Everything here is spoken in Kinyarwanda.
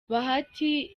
bahati